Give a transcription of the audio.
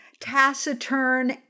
taciturn